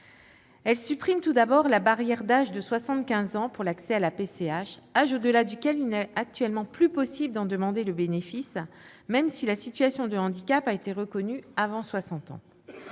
Elle supprime, tout d'abord, la barrière d'âge de 75 ans pour l'accès à la PCH, âge au-delà duquel il n'est actuellement plus possible d'en demander le bénéfice, même si la situation de handicap a été reconnue avant 60 ans.